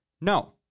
No